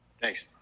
Thanks